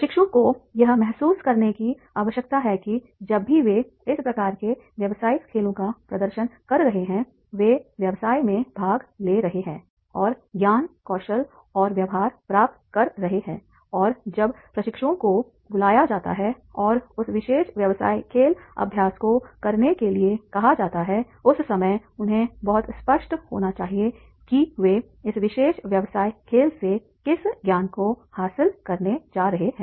प्रशिक्षुओं को यह महसूस करने की आवश्यकता है कि जब भी वे इस प्रकार के व्यावसायिक खेलों का प्रदर्शन कर रहे हैं वे व्यवसाय में भाग ले रहे हैं और ज्ञान कौशल और व्यवहार प्राप्त कर रहे हैं और जब प्रशिक्षुओं को बुलाया जाता है और उस विशेष व्यवसाय खेल अभ्यास को करने के लिए कहा जाता है उस समय उन्हें बहुत स्पष्ट होना चाहिए कि वे इस विशेष व्यवसाय खेल से किस ज्ञान को हासिल करने जा रहे हैं